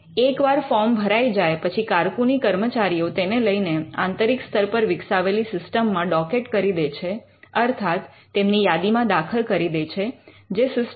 એકવાર ફોર્મ ભરાઈ જાય પછી કારકૂની કર્મચારીઓ તેને લઈને આંતરિક સ્તર પર વિકસાવેલી સિસ્ટમ માં ડૉકિટ કરી દે છે અર્થાત તેમની યાદીમાં દાખલ કરી દે છે જે સિસ્ટમ